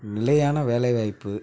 நிலையான வேலைவாய்ப்பு